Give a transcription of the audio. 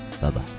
Bye-bye